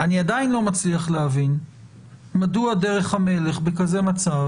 אני עדיין לא מצליח להבין מדוע דרך המלך בכזה מצב